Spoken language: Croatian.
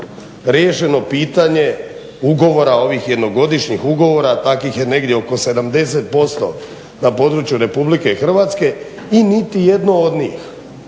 riješeno pitanje ugovora, ovih jednogodišnjih ugovora, takvih je negdje oko 70% na području Republike Hrvatske i niti jedno od njih